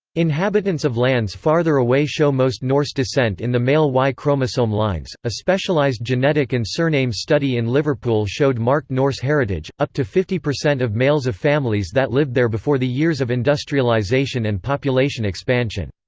inhabitants of lands farther away show most norse descent in the male y-chromosome lines a specialised genetic and surname study in liverpool showed marked norse heritage up to fifty percent of males of families that lived there before the years of industrialisation and population expansion.